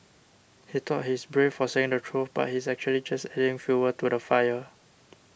he thought he's brave for saying the truth but he's actually just adding fuel to the fire